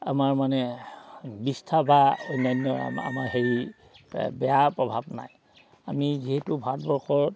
আমাৰ মানে বিষ্ঠা বা অন্যান্য আমাৰ হেৰি বেয়া প্ৰভাৱ নাই আমি যিহেতু ভাৰতবৰ্ষৰ